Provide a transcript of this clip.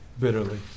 bitterly